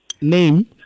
Name